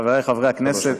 חבריי חברי הכנסת,